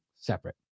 separate